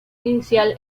inicial